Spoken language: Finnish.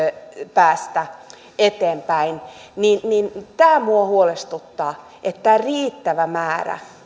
päästä eteenpäin tämä minua huolestuttaa miten määritellään riittävä määrä